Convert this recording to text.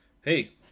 Hey